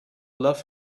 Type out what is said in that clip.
love